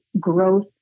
growth